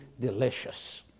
delicious